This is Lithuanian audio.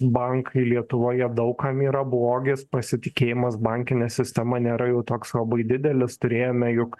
bankai lietuvoje daug kam yra blogis pasitikėjimas bankine sistema nėra jau toks labai didelis turėjome juk